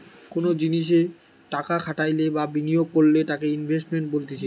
কোনো জিনিসে টাকা খাটাইলে বা বিনিয়োগ করলে তাকে ইনভেস্টমেন্ট বলতিছে